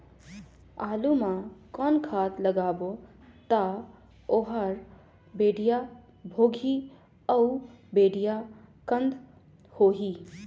आलू मा कौन खाद लगाबो ता ओहार बेडिया भोगही अउ बेडिया कन्द होही?